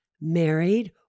married